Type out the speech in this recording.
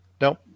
Nope